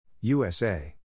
USA